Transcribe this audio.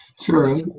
Sure